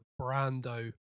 brando